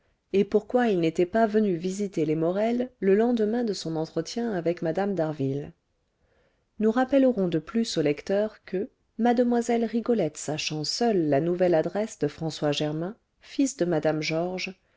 et pourquoi il n'était pas venu visiter les morel le lendemain de son entretien avec mme d'harville nous rappellerons de plus au lecteur que mlle rigolette sachant seule la nouvelle adresse de françois germain fils de mme georges